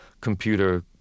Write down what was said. computer